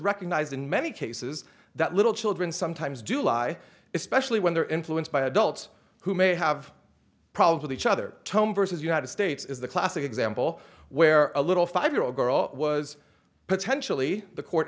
recognized in many cases that little children sometimes do lie especially when they're influenced by adults who may have problems with each other tome versus united states is the classic example where a little five year old girl was potentially the court